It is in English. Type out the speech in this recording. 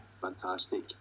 fantastic